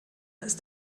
ist